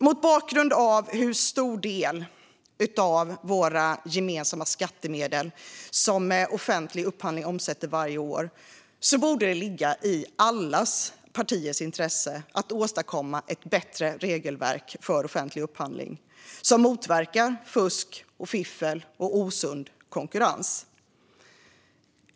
Mot bakgrund av hur stor del av våra gemensamma skattemedel som offentlig upphandling omsätter varje år borde det ligga i alla partiers intresse att åstadkomma ett bättre regelverk för offentlig upphandling som motverkar fusk, fiffel och osund konkurrens.